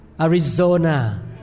Arizona